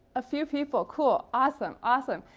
a few people? cool. awesome. awesome.